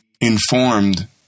informed